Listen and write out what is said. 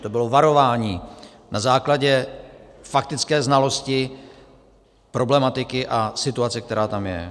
To bylo varování na základě faktické znalosti problematiky a situace, která tam je.